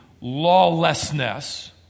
lawlessness